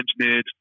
engineered